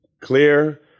clear